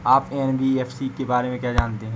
आप एन.बी.एफ.सी के बारे में क्या जानते हैं?